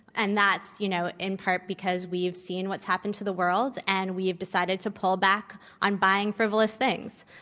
and that, you know, in part because we've seen what's happened to the world and we have decided to pull back on buying frivolous things.